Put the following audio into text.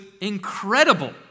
incredible